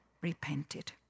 repented